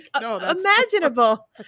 imaginable